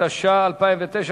התש"ע 2009,